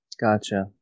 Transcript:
Gotcha